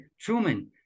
Truman